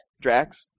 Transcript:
Drax